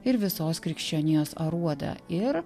ir visos krikščionijos aruodą ir